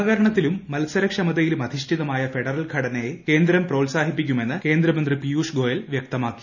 സഹകരണത്തിലും മത്സരക്ഷമതയിലും അധിഷ്ഠിതമായ ഫെഡറൽ ഘടനയെ കേന്ദ്രം പ്രോത്സാഹിപ്പിക്കുമെന്ന് കേന്ദ്രമന്ത്രി പിയൂഷ് ഗോയൽ വ്യക്തമാക്കി